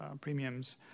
premiums